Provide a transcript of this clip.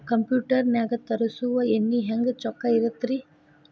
Computer ನಾಗ ತರುಸುವ ಎಣ್ಣಿ ಹೆಂಗ್ ಚೊಕ್ಕ ಇರತ್ತ ರಿ?